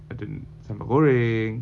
ada sambal goreng